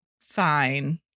fine